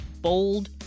bold